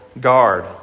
guard